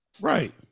Right